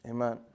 Amen